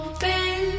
Open